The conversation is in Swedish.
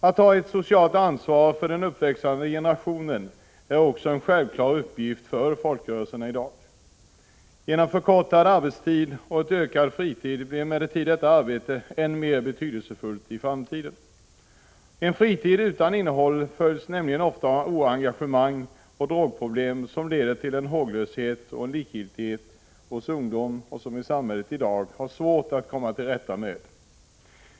Att ta ett socialt ansvar för den uppväxande generationen är — Prot. 1985/86:31 också en självklar uppgift för folkrörelserna i dag. Genom förkortad 20november 1985 arbetstid och ökad fritid blir emellertid detta arbete än mer betydelsefullt i framtiden. En fritid utan innehåll följs nämligen ofta av oengagemang och drogproblem som leder till håglöshet och likgiltighet hos ungdomen och som samhället i sig har svårt att komma till rätta med.